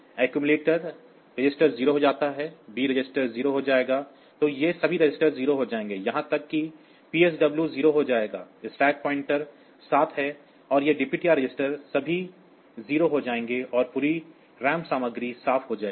accumulator register 0 हो जाता है बी रजिस्टर 0 हो जाएगा तो ये सभी रजिस्टर 0 हो जाएंगे यहां तक कि पीएसडब्ल्यू भी 0 हो जाएगा स्टैक पॉइंटर 7 है और ये DPTR रजिस्टर सभी 0 हो जाएंगे और पूरी रैम सामग्री साफ हो जाएगी